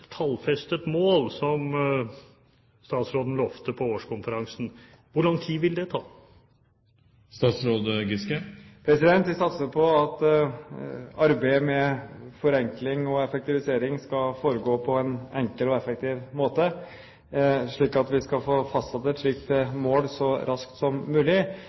tallfestet mål som statsråden lovte på årskonferansen – hvor lang tid vil det ta? Vi satser på at arbeidet med forenkling og effektivisering skal foregå på en enkel og effektiv måte, slik at vi skal få fastsatt et slikt mål så raskt som mulig.